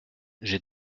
j’ai